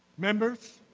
members,